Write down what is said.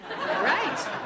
Right